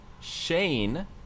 Shane